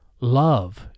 Love